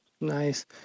Nice